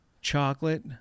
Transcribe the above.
chocolate